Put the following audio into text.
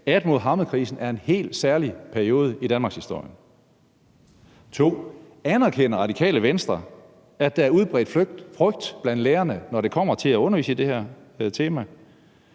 at Muhammedkrisen er en helt særlig periode i danmarkshistorien? Anerkender Radikale Venstre, at der er udbredt frygt blandt lærerne, når det kommer til at undervise i det her tema?